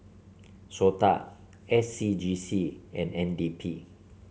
SOTA S C G C and N D P